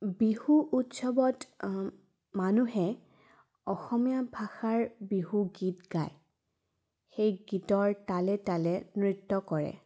বিহু উৎসৱত মানুহে অসমীয়া ভাষাৰ বিহুগীত গায় সেই গীতৰ তালে তালে নৃত্য কৰে